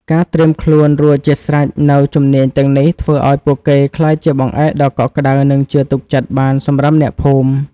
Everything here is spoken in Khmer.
ការត្រៀមខ្លួនរួចជាស្រេចនូវជំនាញទាំងនេះ ធ្វើឱ្យពួកគេក្លាយជាបង្អែកដ៏កក់ក្ដៅ និងជឿទុកចិត្តបានសម្រាប់អ្នកភូមិ។